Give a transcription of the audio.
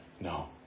No